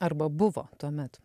arba buvo tuomet